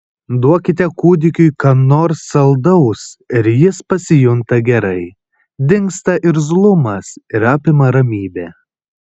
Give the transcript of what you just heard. duokite kūdikiui ką nors saldaus ir jis pasijunta gerai dingsta irzlumas ir apima ramybė